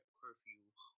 curfew